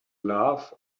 love